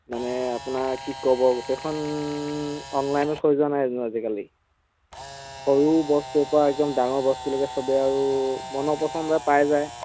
মানে আপোনাৰ কি ক'ব গোটেইখন অনলাইনত হৈ যোৱা নাই জানো আজিকালি সৰু বস্তুৰ পৰা একদম ডাঙৰ বস্তু লৈকে চবে আৰু মনৰ পচন্দৰ পাই যায়